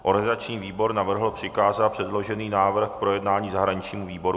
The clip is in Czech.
Organizační výbor navrhl přikázat předložený návrh k projednání zahraničnímu výboru.